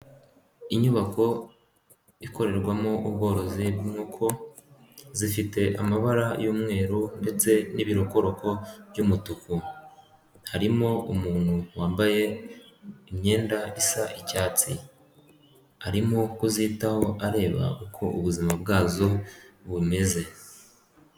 Inyubako ikorerwamo ubworozi bw'inko zifite amabara y'umweru ndetse n'ibirokoroko by'umutuku, harimo umuntu wambaye imyenda isa icyatsi arimo kuzitaho areba uko ubuzima bwazo bumeze.